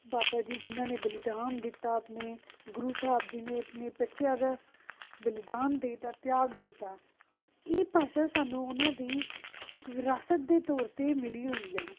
ਬਾਬਾ ਜੀ ਜਿਨ੍ਹਾਂ ਨੇ ਬਲੀਦਾਨ ਦਿੱਤਾ ਆਪਣੇ ਗੁਰੂ ਸਾਹਿਬ ਜੀ ਨੇ ਆਪਣੇ ਬੱਚਿਆਂ ਦਾ ਬਲੀਦਾਨ ਦੇ ਤਾ ਤਿਆਗ ਦੇ ਤਾ ਇਹ ਭਾਸ਼ਾ ਸਾਨੂੰ ਉਹਨਾਂ ਦੀ ਇੱਕ ਵਿਰਾਸਤ ਦੇ ਤੌਰ 'ਤੇ ਮਿਲੀ ਹੋਈ ਆ